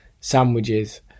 sandwiches